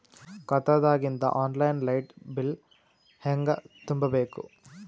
ಖಾತಾದಾಗಿಂದ online light bill ಹೇಂಗ ತುಂಬಾ ಬೇಕು?